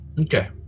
Okay